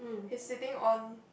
he's sitting on